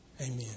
Amen